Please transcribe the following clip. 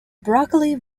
broccoli